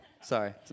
sorry